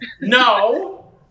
No